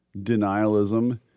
denialism